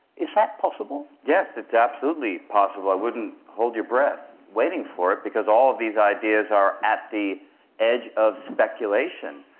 is that possible? yes, it's absolutely possible. i wouldn't hold your breath waiting for it because all of these ideas are at the edge of speculation.